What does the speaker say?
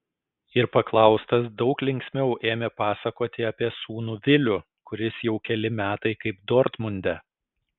ir paklaustas daug linksmiau ėmė pasakoti apie sūnų vilių kuris jau keli metai kaip dortmunde